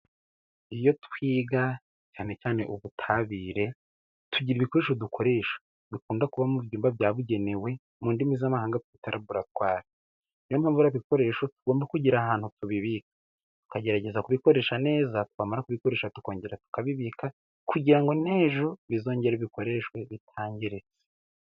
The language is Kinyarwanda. Iyo twiga cyane cyane ubutabire, tugira ibikoresho dukoresha, bikunda kuba mu byumba byabugenewe mu ndimi z'amahanga bita laboratwari, ni yo mpamvu ibikoresho tugomba kugira ahantu tubibika tukagerageza kubikoresha neza, twamara kuyikoresha tukongera tukabibika, kugira ngo n'ejo bizongere bikoreshwe bitangiritse.